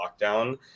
lockdown